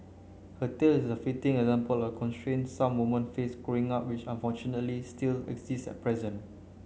her tale is a fitting example of the constraints some woman face Growing Up which unfortunately still exist at present